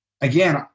again